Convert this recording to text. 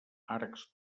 arcs